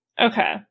Okay